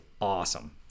awesome